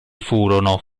furono